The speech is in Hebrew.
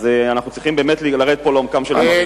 אז אנחנו צריכים לרדת לעומקם של דברים.